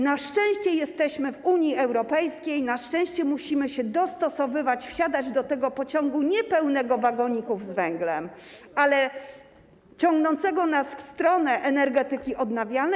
Na szczęście jesteśmy w Unii Europejskiej, na szczęście musimy się dostosowywać, wsiadać do tego pociągu - nie pełnego wagoników z węglem, ale ciągnącego nas w stronę energetyki odnawialnej.